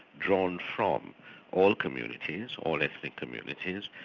drawn from all communities, all ethnic communities,